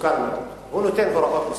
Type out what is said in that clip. מסוכן מאוד, הוא נותן הוראות מסוכנות.